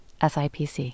SIPC